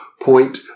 point